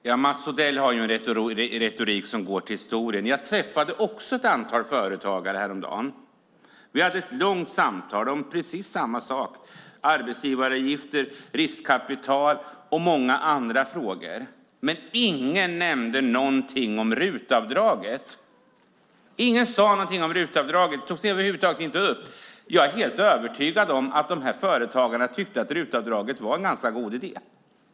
Herr talman! Mats Odell har en retorik som går till historien. Jag träffade också ett antal företagare häromdagen. Vi hade ett långt samtal om precis samma sak, det vill säga arbetsgivaravgifter, riskkapital och många andra frågor. Men ingen nämnde någonting om RUT-avdraget. Ingen sade någonting om RUT-avdraget. Det togs över huvud taget inte upp. Jag är helt övertygad om att företagarna tyckte att RUT-avdraget var en god idé.